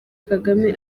kagame